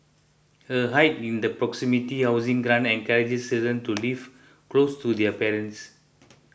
a hike in the proximity housing grant encourages children to live close to their parents